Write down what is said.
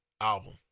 album